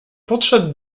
podszedł